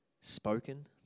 spoken